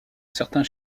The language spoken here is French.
certain